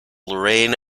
lorraine